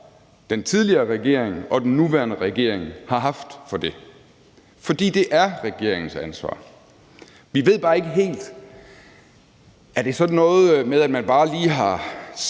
den tidligere regering og den nuværende regering har haft for det. For det er regeringens ansvar. Vi ved bare ikke helt, om det er sådan noget med, at man bare lige har